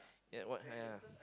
ya what I'm